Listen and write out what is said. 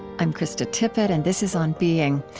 i'm krista tippett, and this is on being.